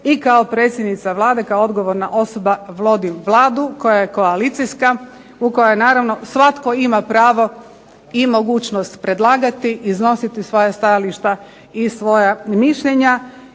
i kao predsjednica Vlade, kao odgovorna osoba vodim Vladu koja je koalicijska, u kojoj naravno svatko ima pravo i mogućnost predlagati, iznositi svoja stajališta i svoja mišljenja.